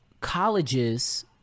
colleges